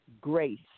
Grace